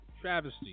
travesty